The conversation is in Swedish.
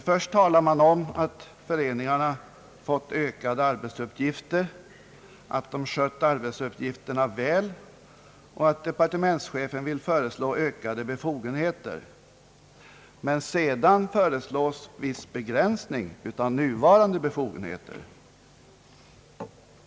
Först talar man om att föreningarna fått ökade arbetsuppgifter, att de sköter dem väl och att departementschefen vill föreslå ökade befogenheter åt dem. Men sedan föreslås viss begränsning av nuvarande befogenheter.